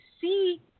see